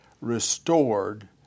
restored